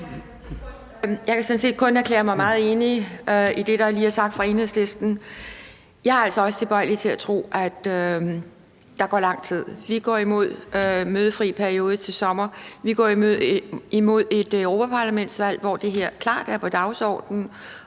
set kun erklære mig meget enig i det, der lige er sagt fra Enhedslistens side. Jeg er altså også tilbøjelig til at tro, at der går lang tid. Vi går mod den mødefri periode til sommer, og vi går mod et europaparlamentsvalg, hvor det her klart er på dagsordenen.